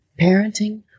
Parenting